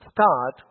start